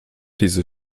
diese